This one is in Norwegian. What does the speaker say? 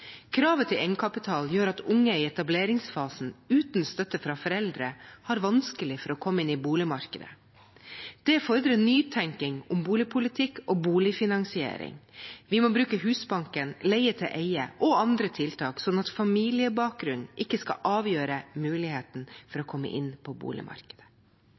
Kravet til egenkapital gjør at unge i etableringsfasen uten støtte fra foreldre har vanskelig for å komme inn på boligmarkedet. Det fordrer nytenking om boligpolitikk og boligfinansiering. Vi må bruke Husbanken, leie-til-eie og andre tiltak, slik at familiebakgrunn ikke skal avgjøre muligheten til å komme inn på boligmarkedet.